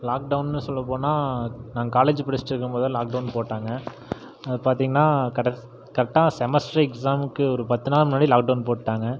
லாக்டவுன்னு சொல்லப்போனால் நாங்கள் காலேஜ் படிச்சிகிட்டு இருக்கும் போது தான் லாக்டவுன் போட்டாங்க பார்த்தீங்கன்னா கரெக்ட் கரெக்டாக செமஸ்ட்ரு எக்ஸாம்க்கு ஒரு பத்து நாள் முன்னாடி லாக்டவுன் போட்டுவிட்டாங்க